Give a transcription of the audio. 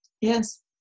Yes